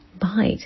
Bite